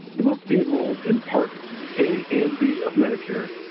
you must be enrolled in parts a and b of medicare,